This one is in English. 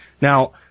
Now